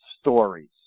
stories